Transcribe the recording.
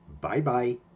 Bye-bye